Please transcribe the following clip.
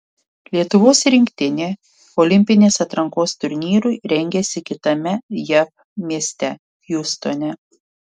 lietuvos rinktinė olimpinės atrankos turnyrui rengiasi kitame jav mieste hjustone